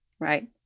right